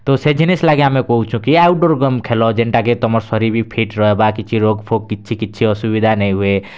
ତ ସେ ଜିନିଷ୍ ଲାଗି ଆମେ କହୁଛୁ କି ଆଉଟ୍ ଡ଼ୋର୍ ଗେମ୍ ଖେଲ୍ ଯେନ୍ଟାକେ ତମର୍ ଶରୀର୍ ବି ଫିଟ୍ ରହେବା କିଛି ରୋଗ୍ ଫୋଗ୍ କିଛି କିଛି ଅସୁବିଧା ନାଇଁ ହୁଏ